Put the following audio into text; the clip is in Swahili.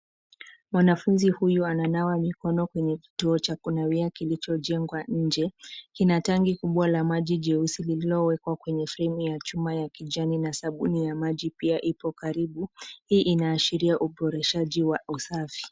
Mwanafunzi huyu ananawa mikono kwenye kituo cha kunawia kilichojengwa nje. Kina tangi kubwa la maji jeusi lililowekwa kwenye fremu ya chuma ya kijani na sabuni ya maji pia ipo karibu. Hii inaashiria uboreshaji wa usafi.